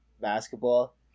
basketball